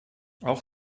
auch